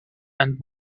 and